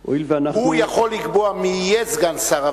הוא יכול לקבוע מי יהיה סגן שר,